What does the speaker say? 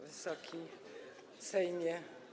Wysoki Sejmie!